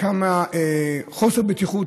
כמה חוסר בטיחות,